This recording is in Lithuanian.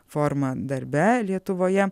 forma darbe lietuvoje